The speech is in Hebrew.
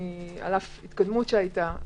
על אף התקדמות שהיתה,